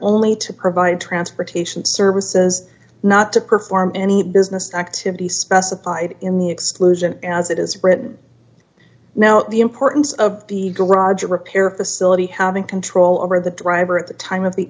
only to provide transportation services not to perform any business activity specified in the exclusion as it is written now the importance of the garage repair facility having control over the driver at the time of the